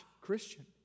Christian